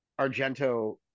Argento